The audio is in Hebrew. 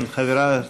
אדוני,